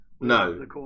no